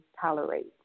tolerate